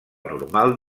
normal